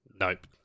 Nope